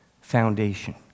foundation